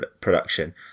production